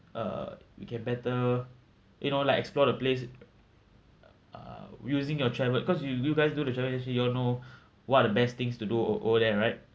uh we can better you know like explore the place uh using your travel cause you you guys do the travel agency you all know what are the best things to do o~ over there right